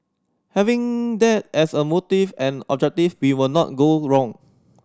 having that as a motive and objective we will not go wrong